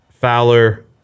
Fowler